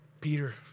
Peter